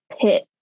pit